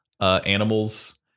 animals